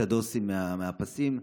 את הדוסים, מהפסים.